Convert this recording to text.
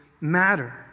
matter